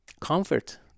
comfort